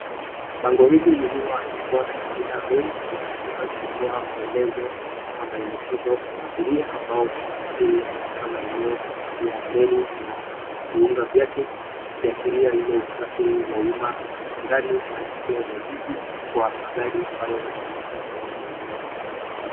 Bango hili lililoandikwa jina, Meru linatumika kutoa maelezo ama maelekezo kwa abiria ambao wanasafiri katika maeneo ya Meru na viunga vyake, vikiashiria ile usafiri wa umma, ndani na nje ya jiji, kwa magari ambayo yanaelekea sehemu za Meru.